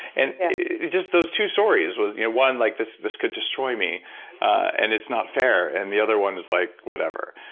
and just those two stories, you know one like this this could destroy me and it's not fair, and the other one is like whatever.